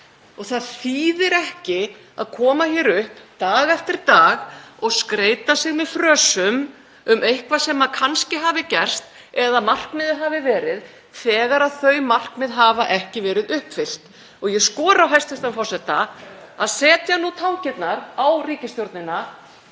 Og það þýðir ekki að koma hér upp dag eftir dag og skreyta sig með frösum um eitthvað sem kannski hafi gerst eða markmiðið hafi verið þegar þau markmið hafa ekki verið uppfyllt. Ég skora á hæstv. forseta að setja nú tangirnar á ríkisstjórnina